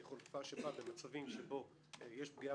היא חלופה שבאה במצבים שבהם יש פגיעה